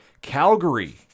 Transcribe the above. Calgary